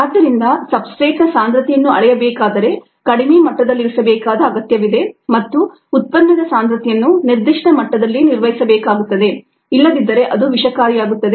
ಆದ್ದರಿಂದ ಸಬ್ಸ್ಟ್ರೇಟ್ನ ಸಾಂದ್ರತೆಯನ್ನು ಅಳೆಯಬೇಕಾದರೆ ಕಡಿಮೆ ಮಟ್ಟದಲ್ಲಿರಿಸಬೇಕಾದ ಅಗತ್ಯವಿದೆ ಮತ್ತು ಉತ್ಪನ್ನದ ಸಾಂದ್ರತೆಯನ್ನು ನಿರ್ದಿಷ್ಟ ಮಟ್ಟದಲ್ಲಿ ನಿರ್ವಹಿಸಬೇಕಾಗುತ್ತದೆ ಇಲ್ಲದಿದ್ದರೆ ಅದು ವಿಷಕಾರಿಯಾಗುತ್ತದೆ